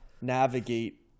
navigate